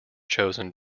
chosen